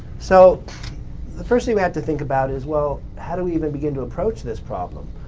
so the first thing we have to think about is, well how do we even begin to approach this problem?